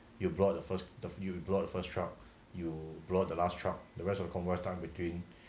you block the first the new first truck you block the last truck the rest of converse time between